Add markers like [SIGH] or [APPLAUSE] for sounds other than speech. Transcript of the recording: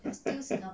[LAUGHS]